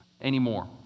anymore